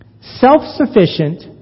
self-sufficient